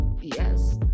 Yes